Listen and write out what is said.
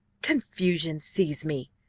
confusion seize me,